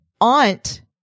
aunt